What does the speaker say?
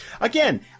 Again